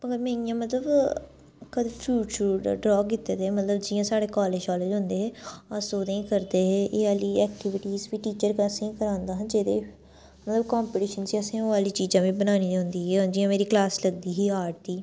पर में इयां मतलब कदें फरूट शूट ड्रा कीते दे न मतलब जियां साढ़ै कालेज शालेज होंदे हे अस ओह्दे करदे हे एह् आह्ली ऐक्टविटस टीचर असेंई करांदा हा जेह्दे मतलब कांपीटिशन च असें ओह् आह्ली चीज़ां बी बनानी होंदी ही जियां मेरी क्लास लगदी ही आर्ट दी